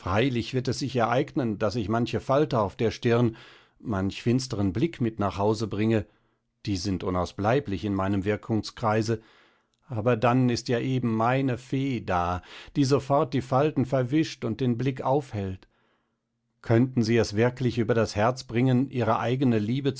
wird es sich ereignen daß ich manche falte auf der stirne manch finsteren blick mit nach hause bringe die sind unausbleiblich in meinem wirkungskreise aber dann ist ja eben meine fee da die sofort die falten verwischt und den blick aufhellt könnten sie es wirklich über das herz bringen ihre eigene liebe